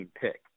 pick